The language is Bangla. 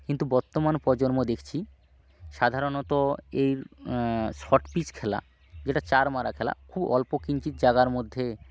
কিন্তু বর্তমান প্রজন্ম দেখছি সাধারণত এই শর্ট পিচ খেলা যেটা চার মারা খেলা খুব অল্প কিঞ্চিৎ জাগার মধ্যে